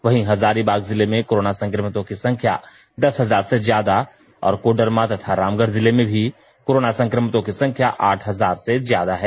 वहीं हजारीबाग जिले में कोरोना संक्रमितों की संख्या दस हजार से ज्यादा और कोडरमा तथा रामगढ जिले में भी कोरोना संक्रमितों की संख्या आठ हजार से ज्यादा है